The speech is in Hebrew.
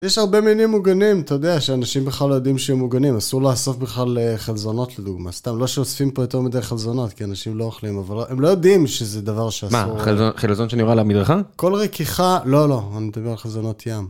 יש הרבה מינים מוגנים, אתה יודע שאנשים בכלל לא יודעים שהם מוגנים, אסור לאסוף בכלל חלזונות לדוגמה, סתם, לא שאוספים פה יותר מדי חלזונות, כי אנשים לא אוכלים, אבל הם לא יודעים שזה דבר שאסור. מה, חלזון שנראה על המדרכה? כל רכיכה, לא, לא, אני מדבר על חלזונות ים.